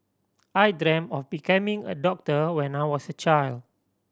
I dreamt of becoming a doctor when I was a child